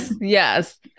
yes